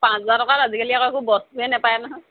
পাঁচ হাজাৰ টকাত আজিকালি আকৌ একো বস্তুৱে নাপায় নহয়